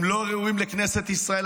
הם לא ראויים לכנסת ישראל.